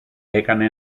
έκανε